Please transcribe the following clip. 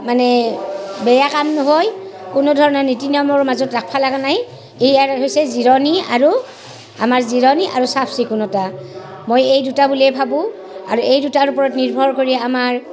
মানে বেয়া কাম নহয় কোনো ধৰণৰ নীতি নিয়মৰ মাজত ৰাখবা লগা নাই ই আৰু হৈছে জিৰণি আৰু আমাৰ জিৰণি আৰু চাফ চিকুণতা মই এই দুটা বুলিয়ে ভাবোঁ আৰু এই দুটাৰ ওপৰত নিৰ্ভৰ কৰিয়ে আমাৰ